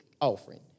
offering